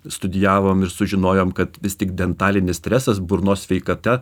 studijavom ir sužinojom kad vis tik dentalinis stresas burnos sveikata